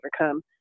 overcome